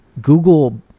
Google